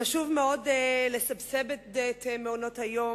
חשוב מאוד לסבסד את מעונות-היום,